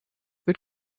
wird